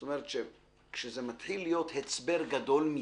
זאת אומרת, כשזה מתחיל להיות הסבר גדול מדיי,